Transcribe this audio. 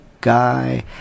guy